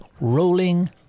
rolling